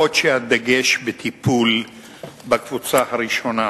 בעוד שהדגש בטיפול בקבוצה הראשונה